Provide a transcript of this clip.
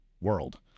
world